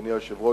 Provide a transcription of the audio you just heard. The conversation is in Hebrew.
אדוני היושב-ראש,